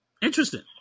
interesting